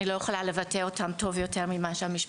אני לא יכולה לבטא אותם טוב יותר מהמשפחות.